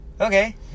okay